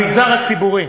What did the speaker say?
במגזר הציבורי